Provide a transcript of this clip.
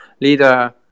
leader